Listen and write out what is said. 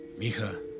Mija